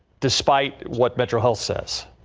despite what metro health's s.